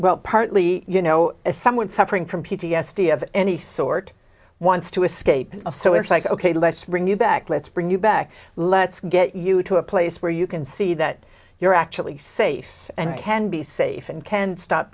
well partly you know as someone suffering from p t s d of any sort wants to escape a so it's like ok let's bring you back let's bring you back let's get you to a place where you can see that you're actually safe and i can be safe and can stop